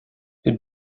ihr